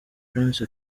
prince